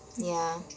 ya